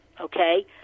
okay